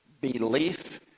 belief